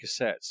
cassettes